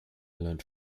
learnt